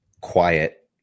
quiet